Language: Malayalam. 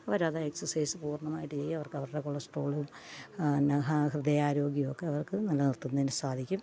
അവരത് എക്സര്സൈസ് പൂര്ണ്ണമായിട്ട് ചെയ്യും അവര്ക്ക് അവരുടെ കൊളസ്ട്രോള് പിന്നെ ഹൃദയാരോഗ്യം ഒക്കെ അവര്ക്ക് നിലനിര്ത്തുന്നതിന് സാധിക്കും